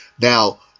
now